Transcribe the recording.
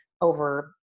over